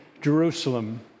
Jerusalem